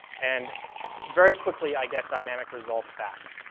and very quickly i get dynamic results back,